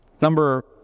Number